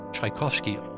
Tchaikovsky